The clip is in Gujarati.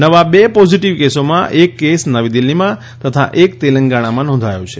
નવા બે પોઝિટીવ કેસોમાં એક કેસ નવી દિલ્ફીમાં તથા એક તેલંગાણામાં નોંધાયો છે